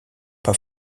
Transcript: pas